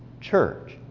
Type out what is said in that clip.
church